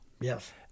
Yes